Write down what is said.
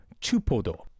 Chupodo